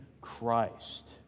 Christ